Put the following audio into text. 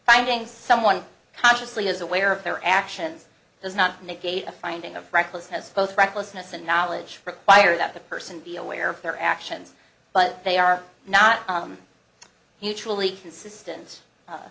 finding someone consciously is aware of their actions does not negate a finding of reckless has both recklessness and knowledge required that the person be aware of their actions but they are not he actually consistent